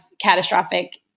catastrophic